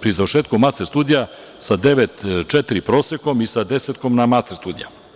pri završetku master studija sa 9,4 prosekom i sa desetkom na master studijama.